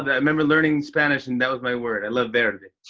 that. i remember learning spanish and that was my word. i love verde.